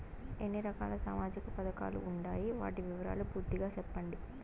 ఎన్ని రకాల సామాజిక పథకాలు ఉండాయి? వాటి వివరాలు పూర్తిగా సెప్పండి?